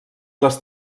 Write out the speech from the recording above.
les